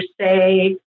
say